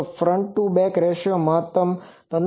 તો front to back ratio મહત્તમ 15